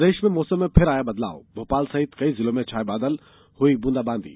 प्रदेश के मौसम में फिर आया बदलाव भोपाल सहित कई जिलों में छाये बादल हुई बूंदाबांदी